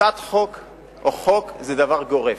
הצעת חוק או חוק זה דבר גורף.